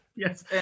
Yes